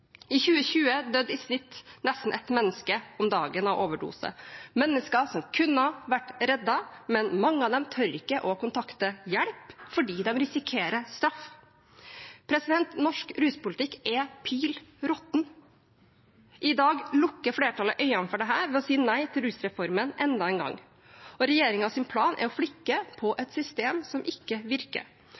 I 2020 døde i snitt nesten ett menneske om dagen av overdose – mennesker som kunne ha vært reddet, men mange av dem tør ikke å kontakte hjelp fordi de risikerer straff. Norsk ruspolitikk er pill råtten. I dag lukker flertallet øynene for dette ved å si nei til rusreformen enda en gang. Regjeringens plan er å flikke på et system som ikke virker.